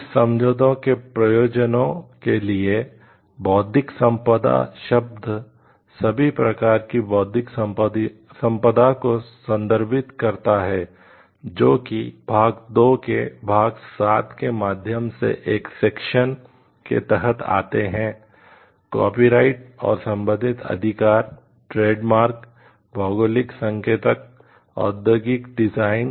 इस समझौते के प्रयोजनों के लिए बौद्धिक संपदा शब्द सभी प्रकार की बौद्धिक संपदा को संदर्भित करता है जो कि भाग 2 के भाग सात के माध्यम से एक सेक्शन